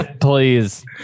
please